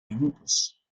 minutos